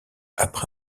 après